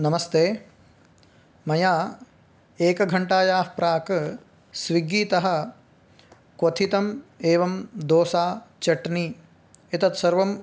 नमस्ते मया एकघण्टायाः प्राक् स्विग्गितः क्वथितम् एवं दोसा चट्नि एतत्सर्वम्